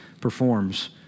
performs